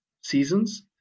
seasons